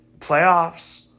playoffs